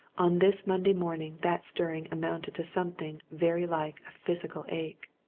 on this monday morning that stirring amounted to something very like a physical ache.